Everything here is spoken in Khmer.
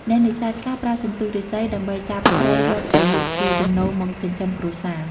អ្នកនេសាទខ្លះប្រើសន្ទូចឬស្សី ដើម្បីចាប់ត្រីយកទៅលក់ជាចំណូលមកចិញ្ចឹមគ្រួសារ។